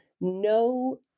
no